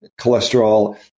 cholesterol